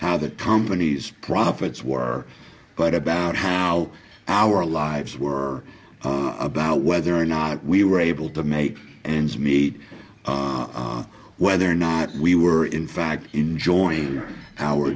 how the company's profits were but about how our lives were about whether or not we were able to make ends meet whether or not we were in fact enjoying our